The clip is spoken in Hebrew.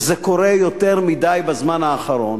וזה קורה יותר מדי בזמן האחרון,